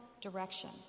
direction